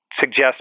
suggest